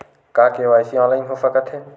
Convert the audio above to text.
का KYC online हो सकथे?